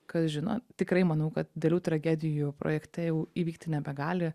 kas žino tikrai manau kad didelių tragedijų projekte jau įvykti nebegali